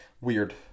Weird